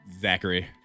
Zachary